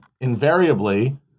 invariably